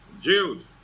Jude